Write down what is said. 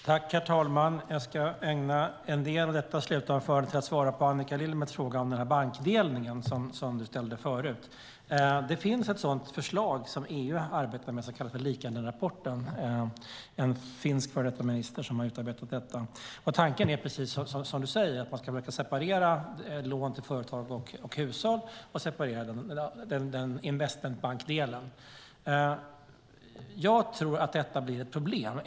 Herr talman! Jag ska ägna en del av mitt slutanförande till att svara på Annika Lillemets fråga om bankdelning som hon ställde förut. Det finns ett sådant förslag som EU arbetar med, och det kallas för Liikanenrapporten. Det är en finsk före detta minister som har utarbetat den. Tanken är, precis som Annika Lillemets säger, att man ska försöka separera lån till företag och hushåll från investmentbankdelen. Jag tror att detta blir ett problem.